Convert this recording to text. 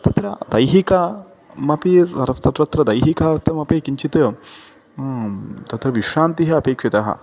तत्र दैहिकमपि दैहिकवृतम् अपि किञ्चित् तत्र विश्रान्तिः अपेक्षिता